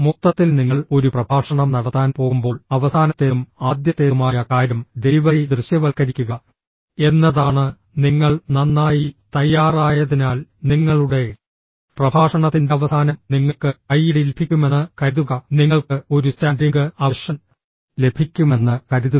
മൊത്തത്തിൽ നിങ്ങൾ ഒരു പ്രഭാഷണം നടത്താൻ പോകുമ്പോൾ അവസാനത്തേതും ആദ്യത്തേതുമായ കാര്യം ഡെലിവറി ദൃശ്യവൽക്കരിക്കുക എന്നതാണ് നിങ്ങൾ നന്നായി തയ്യാറായതിനാൽ നിങ്ങളുടെ പ്രഭാഷണത്തിന്റെ അവസാനം നിങ്ങൾക്ക് കയ്യടി ലഭിക്കുമെന്ന് കരുതുക നിങ്ങൾക്ക് ഒരു സ്റ്റാൻഡിംഗ് അവേഷൻ ലഭിക്കുമെന്ന് കരുതുക